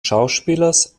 schauspielers